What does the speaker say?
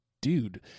dude